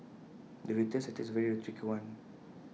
the retail sector is A very tricky one